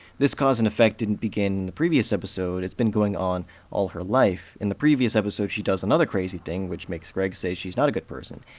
this cause and effect didn't begin in the previous episode, it's been going on all her life. in the previous episode, she does another crazy thing, which makes greg say she's not a good person.